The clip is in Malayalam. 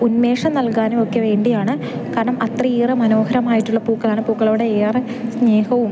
ഉന്മേഷം നൽകാനുമൊക്കെ വേണ്ടിയാണ് കാരണം അത്രയേറെ മനോഹരമായിട്ടുള്ള പൂക്കളാണ് പൂക്കളോട് ഏറെ സ്നേഹവും